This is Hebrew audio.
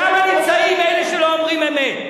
שמה נמצאים אלה שלא אומרים אמת.